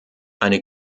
eine